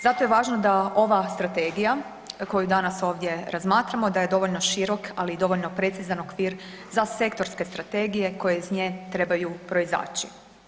Zato je važno da ova strategija koju danas ovdje razmatramo da je dovoljno širok, ali i dovoljno precizan okvir za sektorske strategije koje iz nje trebaju proizaći.